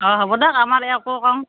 অঁ হব দিয়ক আমাৰ এওঁকো ক'ম